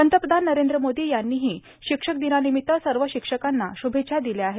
पंतप्रधान नरेंद्र मोदी यांनीही शिक्षक दिनानिमित सर्व शिक्षकांना श्भेच्छा दिल्या आहेत